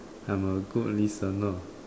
I'm a good listener